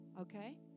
okay